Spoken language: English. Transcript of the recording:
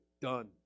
done